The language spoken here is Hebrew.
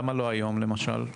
למה לא היום או מחר?